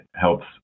helps